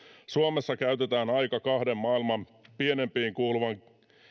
suomessa käytetään aika kahden maailman pienimpiin kuuluvan